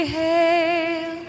hail